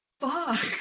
fuck